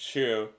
True